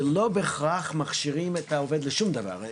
ולא בהכרח מכשירים את העובד לשום דבר.